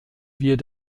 wir